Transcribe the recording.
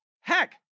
heck